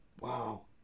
Wow